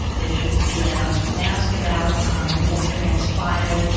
they should be allowed to ask about what transpired,